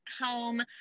home